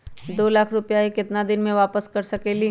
दो लाख रुपया के केतना दिन में वापस कर सकेली?